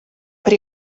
per